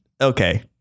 Okay